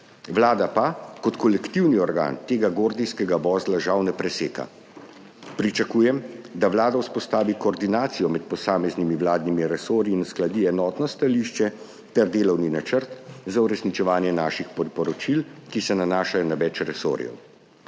Vlada pa kot kolektivni organ tega gordijskega vozla žal ne preseka. Pričakujem, da Vlada vzpostavi koordinacijo med posameznimi vladnimi resorji in uskladi enotno stališče ter delovni načrt za uresničevanje naših priporočil, ki se nanašajo na več resorjev.